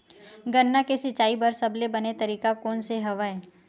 गन्ना के सिंचाई बर सबले बने तरीका कोन से हवय?